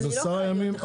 אני לא יכולה לשחרר.